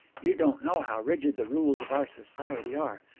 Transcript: you don't know how rigid the rules of our society are.